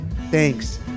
Thanks